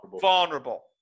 vulnerable